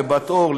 לבת-אור,